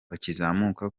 bakizamuka